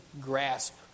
grasp